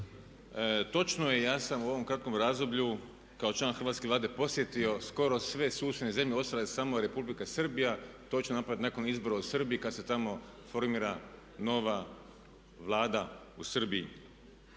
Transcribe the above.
točno je, ja sam u ovom kratkom razdoblju kao član Hrvatske vlade posjetio skoro sve susjedne zemlje, ostala je samo Republika Srbija. To ću napraviti nakon izbora u Srbiji kad se tamo formira nova Vlada u Srbiji.